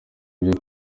ibyo